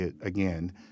again